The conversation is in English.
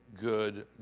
good